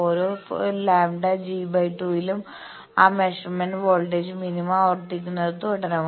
ഓരോ λg2 യിലും ആ മെഷർമെന്റ് വോൾട്ടേജ് മിനിമ ആവർത്തിക്കുന്നത് തുടരാം